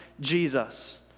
Jesus